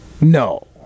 No